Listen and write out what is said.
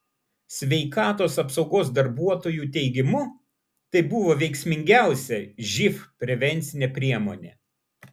sveikatos apsaugos darbuotojų teigimu tai buvo veiksmingiausia živ prevencinė priemonė